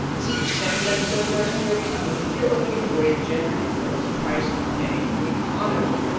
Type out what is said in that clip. this is the second episode in our series in which we are looking at the way gender influences price and pay in the economy.